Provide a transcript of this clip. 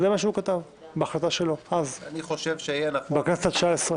זה מה שהוא כתב בהחלטה שלו אז בכנסת התשע-עשרה.